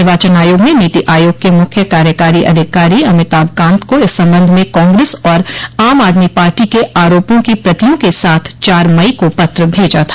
निर्वाचन आयोग ने नीति आयोग के मख्य कार्यकारी अधिकारी अमिताभ कांत को इस सम्बन्ध में कांग्रेस और आम आदमी पार्टी के आरोपों की प्रतियों के साथ चार मई को पत्र भेजा था